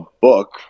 book